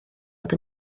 fod